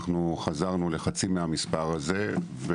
אנו חזרנו לחצי מהמספר הזה.